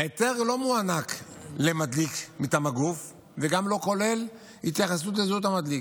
ההיתר לא מוענק למדליק מטעם הגוף וגם לא כולל התייחסות לזהות המדליק.